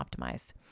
optimized